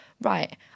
right